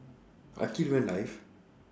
akhil went live